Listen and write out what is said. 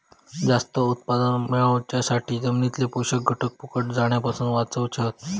जास्त उत्पादन मेळवच्यासाठी जमिनीतले पोषक घटक फुकट जाण्यापासून वाचवक होये